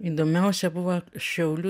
įdomiausia buvo šiaulių